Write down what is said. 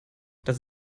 das